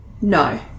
No